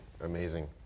Amazing